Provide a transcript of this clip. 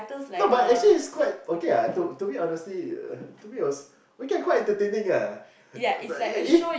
no but actually it's quite for me it's quite okay lah to me it was quite entertaining lah